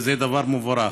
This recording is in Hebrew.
וזה דבר מבורך,